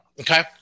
Okay